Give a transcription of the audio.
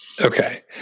okay